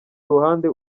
ruhande